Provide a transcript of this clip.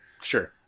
Sure